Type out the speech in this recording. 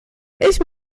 ich